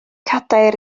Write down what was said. cadair